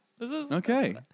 Okay